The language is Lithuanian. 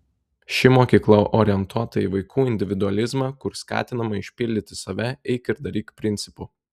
ši mokykla orientuota į vaikų individualizmą kur skatinama išpildyti save eik ir daryk principu